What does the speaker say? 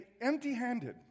empty-handed